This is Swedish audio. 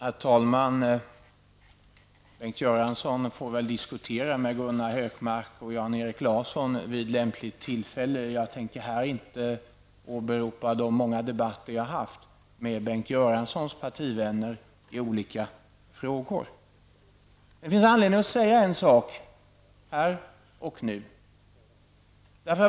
Herr talman! Bengt Göransson får väl vid lämpligt tillfälle diskutera med Gunnar Hökmark och Janerik Larsson. Jag tänker inte åberopa de många debatter som jag i olika frågor har haft med Bengt Det finns anledning att säga en sak här och nu.